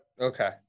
Okay